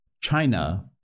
China